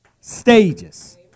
stages